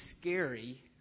scary